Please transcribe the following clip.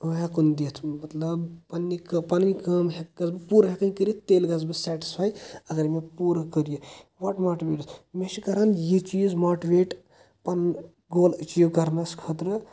ہیٚکُن دِتھ مطلب پننہِ کٲ پنٕنۍ کٲم ہیٚکس بہٕ پوٗرٕ ہیٚکٕنۍ کٔرِتھ تیٚلہِ گژھہٕ بہٕ سیٚٹٕسفایۍ اگر مےٚ پوٗرٕ کٔرۍ یہِ وٹ ماٹِویٹس مےٚ چھِ کران یہِ چیٖز ماٹِویٹ پنُن گول ایٚچیو کرنس خٲطرٕ